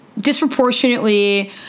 disproportionately